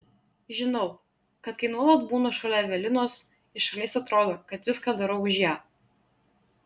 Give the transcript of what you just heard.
žinau kad kai nuolat būnu šalia evelinos iš šalies atrodo kad viską darau už ją